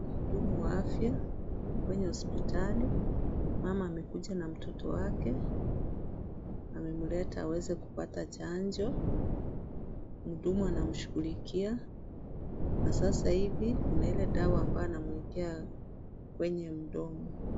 Wahudumu wa afya kwenye hospitali. Mama amekuja na mtoto, amemleta aweze kupata chanjo. Mhudumu anamshughulikia na sasa hivi kuna ile dawa ambayo anamwekea kwenye mdomo.